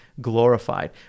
glorified